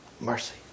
Mercy